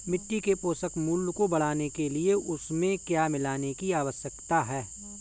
मिट्टी के पोषक मूल्य को बढ़ाने के लिए उसमें क्या मिलाने की आवश्यकता है?